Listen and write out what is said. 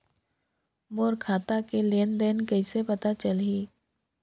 मोर खाता के लेन देन कइसे पता चलही?